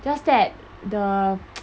just that the